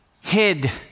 hid